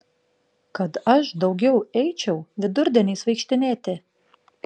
kad aš daugiau eičiau vidurdieniais vaikštinėti